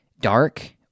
dark